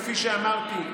כפי שאמרתי,